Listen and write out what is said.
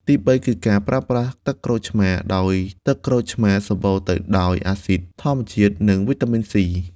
ទីបីគឺការប្រើប្រាស់ទឹកក្រូចឆ្មារ ដោយទឹកក្រូចឆ្មារសម្បូរទៅដោយអាស៊ីដធម្មជាតិ និងវីតាមីន សុី (C)។